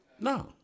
No